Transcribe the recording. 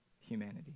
humanity